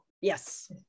Yes